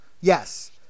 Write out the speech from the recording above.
Yes